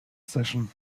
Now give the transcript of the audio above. session